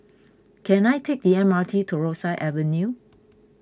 can I take the M R T to Rosyth Avenue